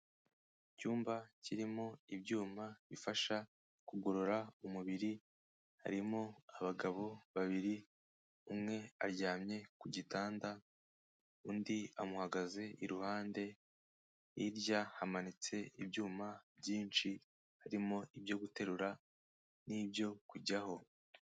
Icyumba kirimo ibyuma bifasha kugorora umubiri, harimo abagabo babiri umwe aryamye ku gitanda, undi amuhagaze iruhande, hirya hamanitse ibyuma byinshi harimo ibyo guterura n'ibyo kujyaho.